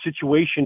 situation